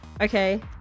Okay